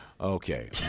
Okay